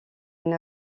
une